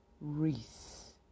Reese